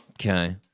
Okay